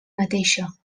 mateixa